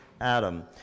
Adam